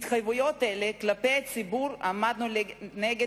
התחייבויות אלה כלפי הציבור עמדו לנגד